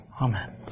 Amen